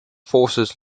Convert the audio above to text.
forces